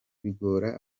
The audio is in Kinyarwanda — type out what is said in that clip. bigora